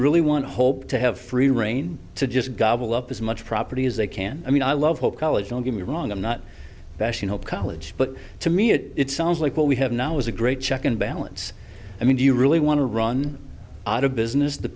really want hope to have free reign to just gobble up as much property as they can i mean i love whole college don't get me wrong i'm not bashing hope college but to me it sounds like what we have now is a great check and balance i mean do you really want to run out of business the